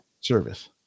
service